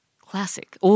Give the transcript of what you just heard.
Classic